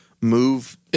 move